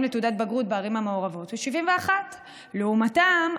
לתעודת בגרות בערים המעורבות הוא 71%. לעומתם,